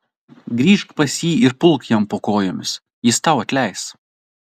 grįžk pas jį ir pulk jam po kojomis jis tau atleis